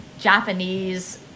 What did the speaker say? Japanese